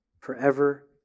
forever